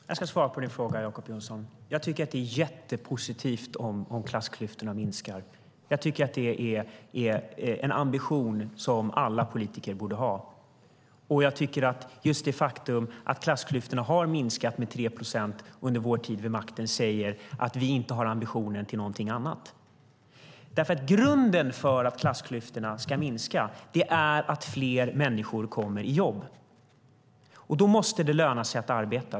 Herr talman! Jag ska svara på din fråga, Jacob Johnson. Jag tycker att det är jättepositivt om klassklyftorna minskar. Det är en ambition som alla politiker borde ha. Just det faktum att klassklyftorna har minskat med 3 procent under vår tid vid makten säger att vi inte har någon annan ambition. Grunden för att klassklyftorna ska minska är att fler människor kommer i jobb, och då måste det löna sig att arbeta.